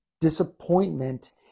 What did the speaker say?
disappointment